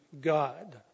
God